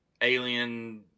Alien